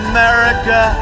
America